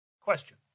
Question